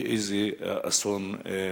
באיזה אסון מדובר.